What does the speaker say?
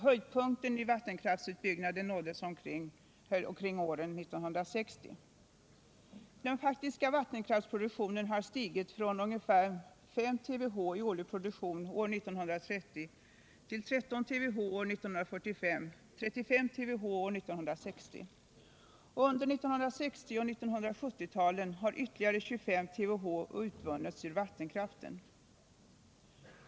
Höjdpunkten i vattenkraftsutbyggnaden nåddes omkring 1960. Den faktiska vattenkraftsproduktionen har stigit från ungefär 5 TWh i årlig produktion år 1930 till 13 TWh år 1945 och 35 TWh år 1960. Under 1960 och 1970-talen har ytterligare 25 TWh utvunnits ur vattenkraften.